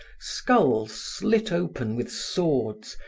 skulls slit open with swords,